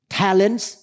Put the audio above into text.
talents